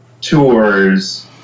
tours